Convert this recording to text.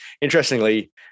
interestingly